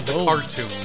Cartoon